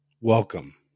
welcome